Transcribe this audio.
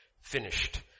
Finished